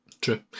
True